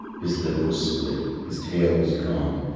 his lip was split his tail was gone,